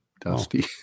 Dusty